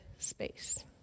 space